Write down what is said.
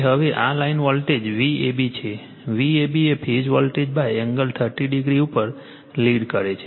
હવે આ line voltage Vab છે Vab એ ફેઝ વોલ્ટેજ એંગલ 30o ઉપર લીડ કરે છે